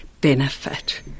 benefit